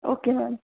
okay ma'am